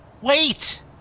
Wait